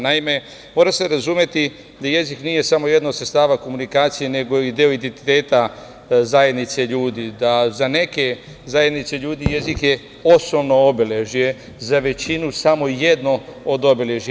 Naime, mora se razumeti da jezik nije samo jedno od sredstava komunikacije, nego i deo identiteta zajednice ljudi, da za neke zajednice ljudi jezik je osnovno obeležje, za većinu samo jedno od obeležja.